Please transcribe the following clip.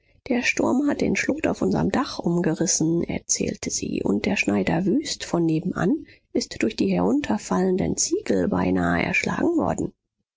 der sturm hat den schlot auf unserm dach umgerissen erzählte sie und der schneider wüst von nebenan ist durch die herunterfallenden ziegel beinahe erschlagen worden